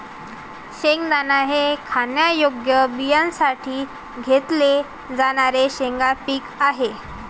शेंगदाणा हे खाण्यायोग्य बियाण्यांसाठी घेतले जाणारे शेंगा पीक आहे